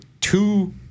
two